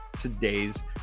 today's